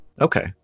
Okay